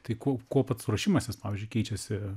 tai kuo kuo pats ruošimasis pavyzdžiui keičiasi